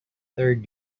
third